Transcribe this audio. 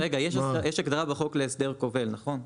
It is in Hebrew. רגע יש הגדרה בחוק להסדר כובל נכון?